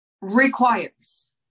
requires